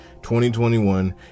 2021